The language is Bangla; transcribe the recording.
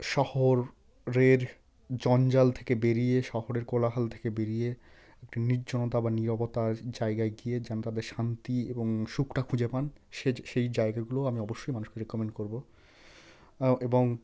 শহরের জঞ্জাল থেকে বেরিয়ে শহরের কোলাহল থেকে বেরিয়ে একটি নির্জনতা বা নীরবতার জায়গায় গিয়ে যেন তাদের শান্তি এবং সুখটা খুঁজে পান সে সেই জায়গাগুলো আমি অবশ্যই মানুষকে রেকমেন্ড করব এবং